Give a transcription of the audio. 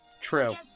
True